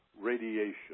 radiation